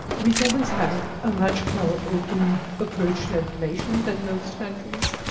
we've always had a much more open approach to information than most countries.